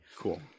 Cool